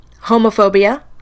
homophobia